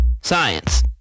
science